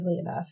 enough